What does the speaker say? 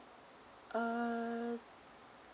err